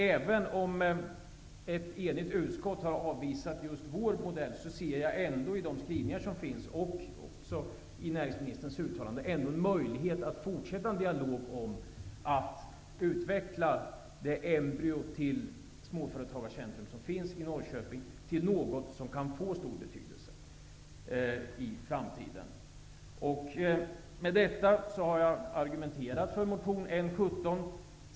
Även om ett enigt utskott har avstyrkt just vår modell, ser jag ändå i utskottets skrivningar och i näringsministerns uttalanden en möjlighet att fortsätta en dialog om att utveckla det embryo till småföretagarcentrum i Norrköping till någonting som kan få stor betydelse i framtiden. Med det anförda har jag argumenterat för motion N17.